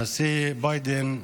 הנשיא ביידן,